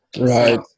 right